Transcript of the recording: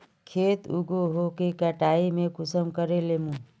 खेत उगोहो के कटाई में कुंसम करे लेमु?